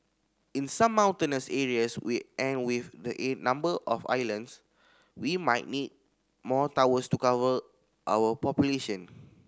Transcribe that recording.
in some mountainous areas with and with the number of islands we might need more towers to cover our population